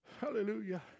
Hallelujah